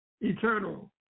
eternal